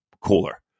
cooler